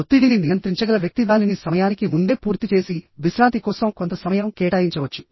ఒత్తిడిని నియంత్రించగల వ్యక్తి దానిని సమయానికి ముందే పూర్తి చేసి విశ్రాంతి కోసం కొంత సమయం కేటాయించవచ్చు